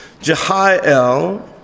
Jehiel